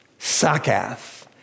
sakath